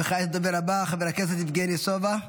וכעת הדובר הבא, חבר הכנסת יבגני סובה.